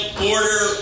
border